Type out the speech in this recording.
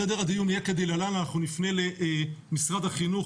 סדר הדיון יהיה כדלהלן: אנחנו נפנה למשרד החינוך.